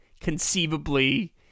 conceivably